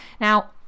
Now